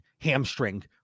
hamstring